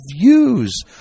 views